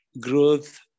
growth